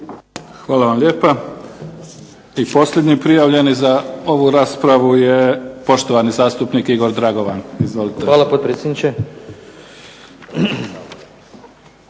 Hvala vam lijepa. I posljednji prijavljeni za ovu raspravu je poštovani zastupnik Igor Dragovan. Izvolite.